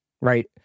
Right